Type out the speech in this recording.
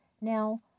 Now